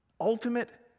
ultimate